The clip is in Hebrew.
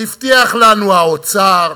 הבטיח לנו האוצר,